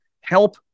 Help